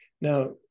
Now